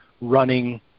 running